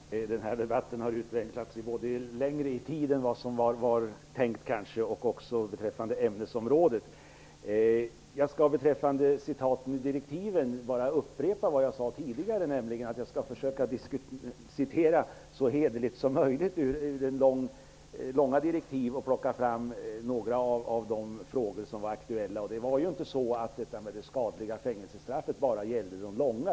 Herr talman! Den här debatten har dragit ut längre på tiden än vad som var tänkt och också utvecklats längre beträffande ämnesområdet. När det gäller citaten ur direktiven vill jag bara upprepa det som jag tidigare sade, nämligen att jag skall försöka att citera så hederligt som möjligt ur många direktiv och plocka fram några frågor som var aktuella. Detta med att fängelsestraff var skadligt gällde ju inte bara de långa straffen.